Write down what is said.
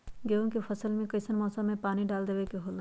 गेहूं के फसल में कइसन मौसम में पानी डालें देबे के होला?